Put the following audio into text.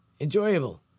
Enjoyable